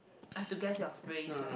I have to guess your phrase right